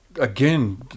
again